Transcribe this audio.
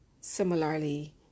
similarly